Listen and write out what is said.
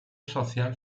social